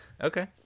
Okay